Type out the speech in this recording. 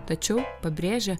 tačiau pabrėžia